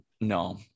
No